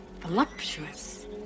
voluptuous